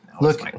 Look